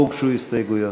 לא הוגשו הסתייגויות.